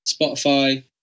Spotify